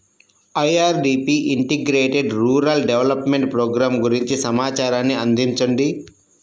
IRDP integrated rural development programme గురించి సమాచారాన్ని అందించండి?